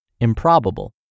improbable